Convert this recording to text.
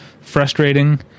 frustrating